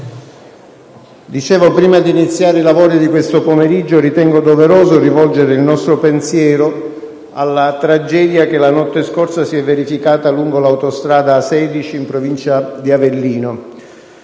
Prima di iniziare i lavori di questo pomeriggio, ritengo doveroso rivolgere il nostro pensiero alla tragedia che la notte scorsa si everificata lungo l’autostrada A16, in provincia di Avellino.